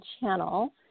channel